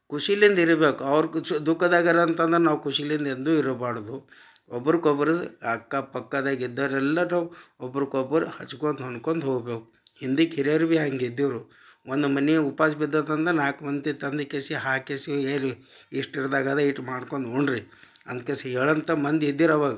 ಖುಷಿಲಿಂದ ಇರ್ಬೇಕು ಅವ್ರು ಖುಷಿ ದುಃಖದಾಗ ಅರ ಅಂತಂದರೆ ನಾವು ಖುಷಿಲಿಂದ ಎಂದೂ ಇರಬಾರ್ದು ಒಬ್ರುಗ್ ಒಬ್ಬರು ಅಕ್ಕಪಕ್ಕದಾಗ ಇದ್ದೋರು ಎಲ್ಲರೂ ಒಬ್ರುಗ್ ಒಬ್ಬರು ಹಚ್ಕೊತ್ ಹೊಂದ್ಕೊತ್ ಹೋಬೇಕು ಹಿಂದಕ್ ಹಿರಿಯರು ಭಿ ಹಂಗೇ ಇದ್ದರು ಒಂದು ಮನೆ ಉಪಾಸ ಬಿದ್ದತ್ತು ಅಂದ್ರೆ ನಾಲ್ಕು ಮಂದಿ ತಂದುಕೇಶಿ ಹಾಕೇಶಿ ಏರಿ ಹಿಟ್ ಮಾಡ್ಕೊಂಡ ಉಣ್ರಿ ಅನ್ಕೇಸಿ ಹೇಳಂತ ಮಂದಿ ಇದ್ದೀರು ಅವಾಗ